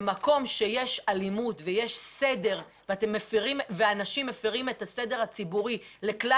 במקום שיש אלימות ואנשים מפרים את הסדר הציבורי לכלל